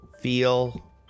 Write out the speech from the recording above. feel